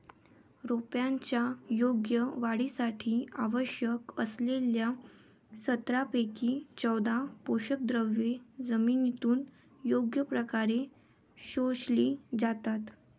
रोपांच्या योग्य वाढीसाठी आवश्यक असलेल्या सतरापैकी चौदा पोषकद्रव्ये जमिनीतून योग्य प्रकारे शोषली जातात